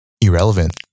irrelevant